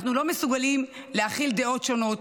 אנחנו לא מסוגלים להכיל דעות שונות,